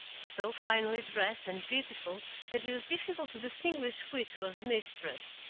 so finely dressed and beautiful that it was difficult to distinguish which was the mistress.